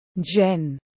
Jen